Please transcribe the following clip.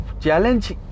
challenge